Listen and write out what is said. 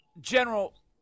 General